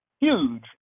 huge